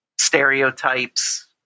stereotypes